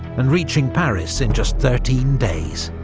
and reaching paris in just thirteen days.